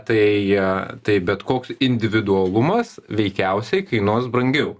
tai tai bet koks individualumas veikiausiai kainuos brangiau